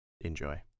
Enjoy